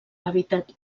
hàbitat